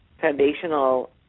foundational